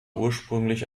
ursprünglich